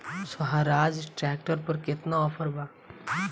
सोहराज tractor पर केतना offer बा?